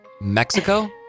Mexico